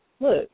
look